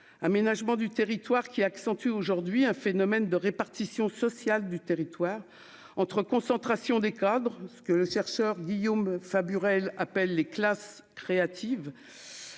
aménagement du territoire qui accentue aujourd'hui un phénomène de répartition sociale du territoire entre concentration des cadres, ce que le chercheur Guillaume Faburel appellent les classes créative